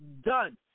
done